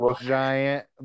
giant